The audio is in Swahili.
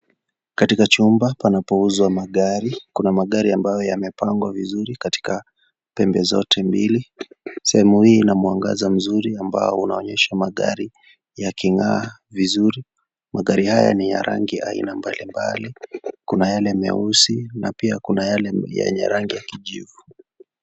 Katika chumba panapo uzwa magari kuna magari ambayo yamepangwa vizuri katika pembe zote mbili sehemu hii ina mwangaza mzuri ambao unaonyesha magari yaking'aa vizuri . Magari haya ni ya rangi aina mbalimbali kuna yale meusi na pia kua yale yenye rangi ya kijivu.